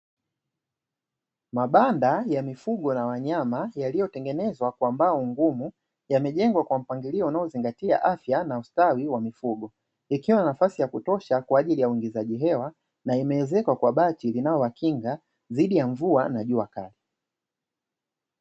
Mabanda ya mifugo na wanyama yaliyotengenezwa kwa mbao ngumu yamejengwa kwa mpangilio unaozingatia afya na ustawi wa mifugo, yakiwa na nafasi ya kutosha kwa ajili ya uingizaji hewa na imeezekwa kwa bati linalowakinga dhidi ya mvua na jua kali.